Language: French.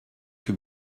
que